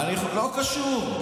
לא קשור.